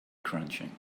crunching